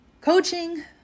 coaching